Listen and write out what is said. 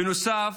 בנוסף,